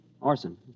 Orson